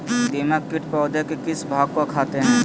दीमक किट पौधे के किस भाग को खाते हैं?